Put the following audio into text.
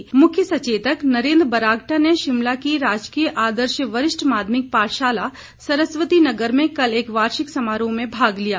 बुरागटा मुख्य सचेतक नरेंद्र बरागटा ने शिमला की राजकीय आदर्श वरिष्ठ माध्यमिक पाठशाला सरस्वती नगर में कल एक वार्षिक समारोह में भाग लिया